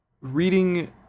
reading